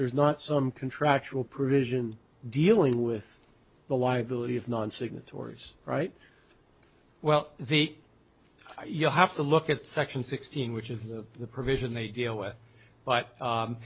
there's not some contractual provision dealing with the liability of non signatories right well the you have to look at section sixteen which of the provision they deal with but